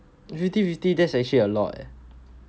fifty fifty that's actually a lot eh